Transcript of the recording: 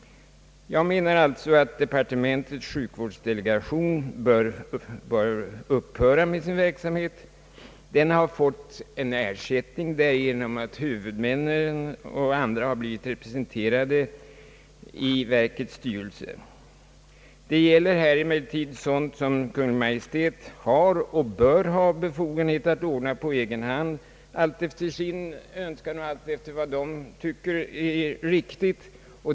Jag menar alltså att departementets sjukvårdsdelegation bör upphöra med sin verksamhet. Den har fått en ersättning genom att huvudmännen och andra har blivit representerade i verkets styrelse. Det gäller emellertid i denna detalifråga sådant som Kungl. Maj:t har och även bör ha befogenhet att ordna på egen hand alltefter sin önskan och efter vad man tycker är riktigt.